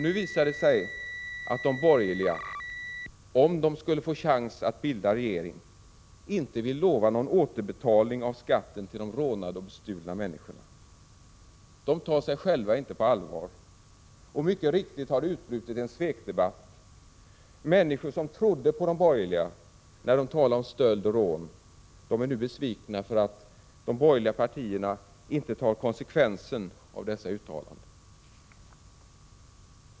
Nu visar det sig att de borgerliga, om de skulle få chans att bilda regering, inte vill lova någon återbetalning av skatten till de rånade och bestulna människorna. De tar sig själva inte på allvar. Mycket riktigt har det brutit ut en svekdebatt. Människor som trodde på de borgerliga när de talade om stöld och rån är nu besvikna för att de borgerliga partierna inte tar konsekvensen av sina uttalanden.